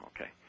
Okay